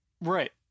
Right